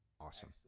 Awesome